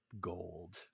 gold